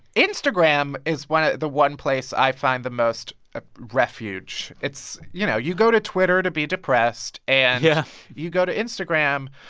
instagram is ah the one place i find the most ah refuge. it's you know, you go to twitter to be depressed. and yeah you go to instagram,